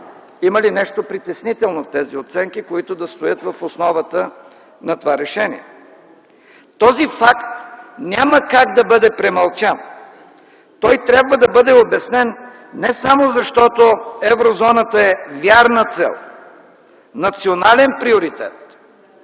Има ли нещо притеснително в тези оценки, които да стоят в основата на това решение? Този факт няма как да бъде премълчан. Той трябва да бъде обяснен, не само защото еврозоната е вярна цел, национален приоритет,